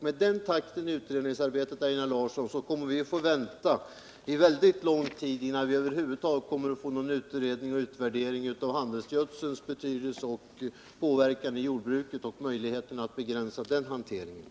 Med den takten i utredningsarbetet, Einar Larsson, kommer vi att få vänta mycket lång tid, innan det över huvud taget blir någon utredning om och utvärdering av handelsgödselns betydelse och påverkan inom jordbruket och möjligheterna att begränsa hanteringen.